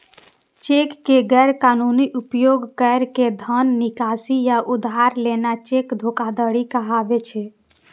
cheque के गैर कानूनी उपयोग कैर के धन निकासी या उधार लेना चेक धोखाधड़ी कहाबै छै